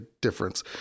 difference